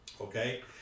Okay